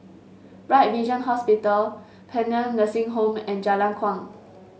Bright Vision Hospital Paean Nursing Home and Jalan Kuang